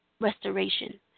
Restoration